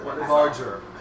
Larger